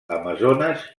amazones